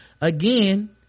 again